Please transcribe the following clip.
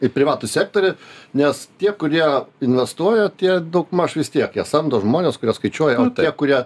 i privatų sektorį nes tie kurie investuoja tie daugmaž vis tiek jie samdo žmones kurie skaičiuoja o tie kurie